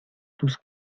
tus